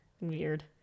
Weird